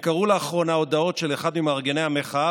הם קראו לאחרונה הודעות של אחד ממארגני המחאה